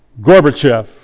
Gorbachev